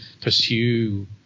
pursue